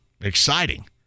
Exciting